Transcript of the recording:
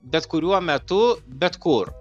bet kuriuo metu bet kur